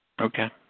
Okay